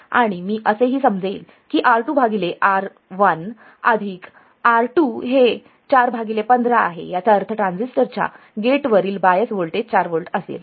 आणि मी असेही समजेल की R2 भागिले R1 अधिक R2 हे 4 भागिले 15 आहे याचा अर्थ ट्रान्झिस्टर च्या गेटवरील बायस व्होल्टेज 4 व्होल्ट असेल